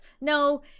No